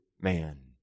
man